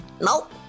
Nope